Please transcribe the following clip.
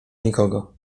nikogo